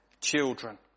children